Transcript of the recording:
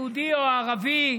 יהודי או ערבי,